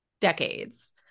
decades